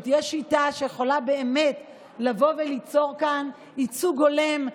שתהיה שיטה שיכולה באמת ליצור כאן ייצוג הולם,